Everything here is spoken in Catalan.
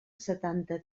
setanta